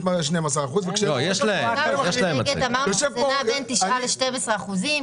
מראה 12 אחוז --- זה נע בין 9 ל-12 אחוזים,